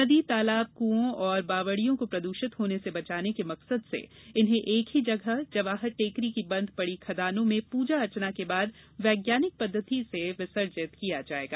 नदी तालाब कुओं और बावड़ियों को प्रदूषित होने से बचाने के मकसद से इन्हें एक ही जगह जवाहर टेकरी की बंद पड़ी खदानों में पूजा अर्चना के बाद वैज्ञानिक पद्धति से विसर्जित किया जाएगा